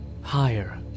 higher